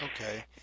Okay